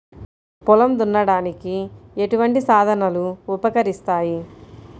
పొలం దున్నడానికి ఎటువంటి సాధనలు ఉపకరిస్తాయి?